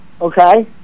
okay